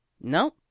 no